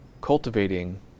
cultivating